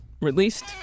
released